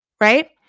right